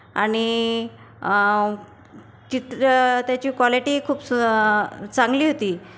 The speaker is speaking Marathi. आणि चित्र त्याची क्वालिटी खूप सु चांगली होती